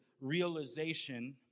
realization